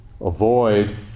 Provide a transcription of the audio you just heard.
avoid